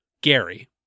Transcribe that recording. Gary